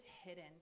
hidden